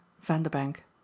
vanderbank